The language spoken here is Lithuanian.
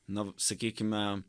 na sakykime